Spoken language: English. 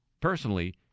personally